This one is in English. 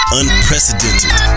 unprecedented